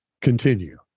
continue